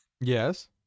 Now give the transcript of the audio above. Yes